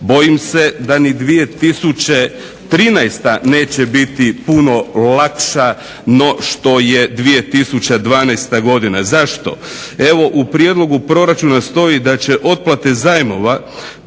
Bojim se da ni 2013. neće biti puno lakša no što je 2012. godina. Zašto? Evo u prijedlogu proračuna stoji da će otplate zajmova